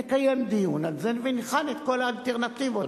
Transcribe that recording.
נקיים דיון על זה ונבחן את כל האלטרנטיבות האפשריות.